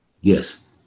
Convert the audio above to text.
Yes